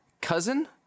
cousin